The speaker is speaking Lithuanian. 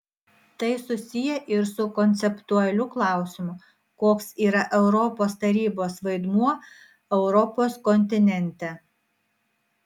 tai susiję ir su konceptualiu klausimu koks yra europos tarybos vaidmuo europos kontinente